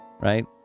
right